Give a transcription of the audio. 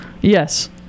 Yes